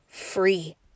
free